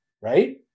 right